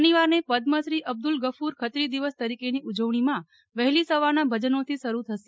શનિવારને પદ્મશ્રી અબ્દ્દલ ગફ્દર ખત્રી દિવસ તરીકે ની ઉજવણી માં વહેલી સવારના ભજનો થી શરુ થશે